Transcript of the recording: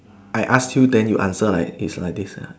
I ask you then you answer like it's like this ya